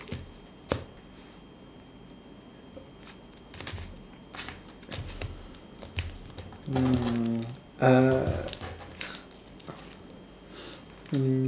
hmm uh